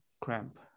cramp